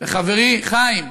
וחברי חיים,